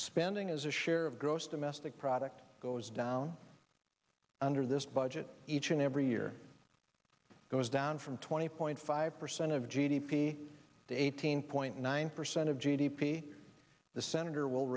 spending as a share of gross domestic product goes down under this budget each and every year goes down from twenty point five percent of g d p eighteen point nine percent of g d p the senator will